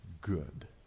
good